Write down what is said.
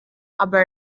aber